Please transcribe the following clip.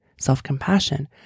self-compassion